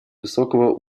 высокого